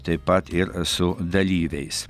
taip pat ir su dalyviais